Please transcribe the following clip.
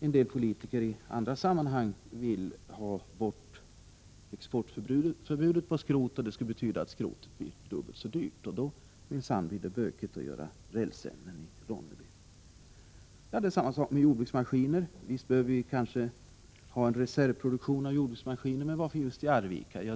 en del politiker i andra sammanhang har sagt att de vill ha bort förbudet att exportera skrot. Det skulle betyda att skrotet blir dubbelt så dyrt. Då blir det minsann bökigt att göra rälsämnen i Ronneby. Det är samma sak med jordbruksmaskinerna. Visst behöver vi möjligen ha en reservproduktion av jordbruksmaskiner, men varför i just Arvika?